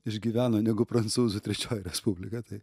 išgyveno negu prancūzų trečioji respublika tai